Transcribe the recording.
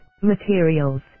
materials